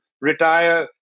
retire